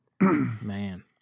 Man